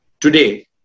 today